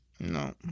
No